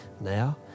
Now